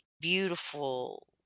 beautiful